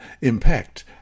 impact